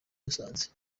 musanze